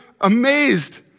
amazed